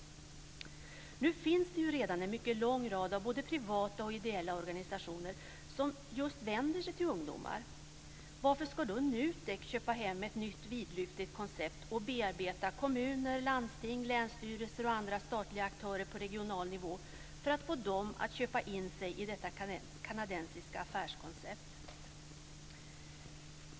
Nu finns det redan en mycket lång rad av både privata och ideella organisationer som just vänder sig till ungdomar. Varför ska då NUTEK köpa hem ett nytt vidlyftigt koncept och bearbeta kommuner, landsting, länsstyrelser och andra statliga aktörer på regional nivå för att få dem att köpa in sig i detta kanadensiska affärskoncept?